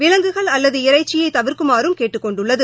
விலங்குகள் அல்லது இறைச்சியை தவிர்க்குமாறும் கேட்டுக் கொண்டுள்ளது